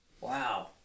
Wow